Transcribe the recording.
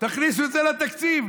תכניסו את זה לתקציב.